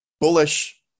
bullish